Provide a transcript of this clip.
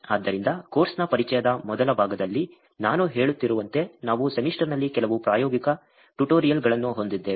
ಆದ್ದರಿಂದ ಕೋರ್ಸ್ನ ಪರಿಚಯದ ಮೊದಲ ಭಾಗದಲ್ಲಿ ನಾನು ಹೇಳುತ್ತಿರುವಂತೆ ನಾವು ಸೆಮಿಸ್ಟರ್ನಲ್ಲಿ ಕೆಲವು ಪ್ರಾಯೋಗಿಕ ಟ್ಯುಟೋರಿಯಲ್ಗಳನ್ನು ಹೊಂದಿದ್ದೇವೆ